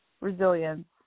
resilience